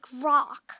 rock